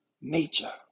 Nature